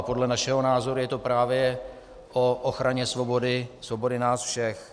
Podle našeho názoru je to právě o ochraně svobody, svobody nás všech.